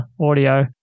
audio